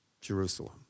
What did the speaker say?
Jerusalem